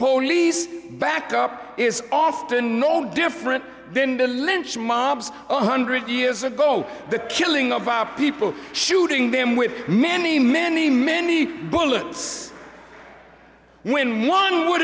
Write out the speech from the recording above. polies backed up is often no different then the lynch mobs one hundred years ago the killing of people shooting them with many many many bullets when one would